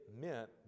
meant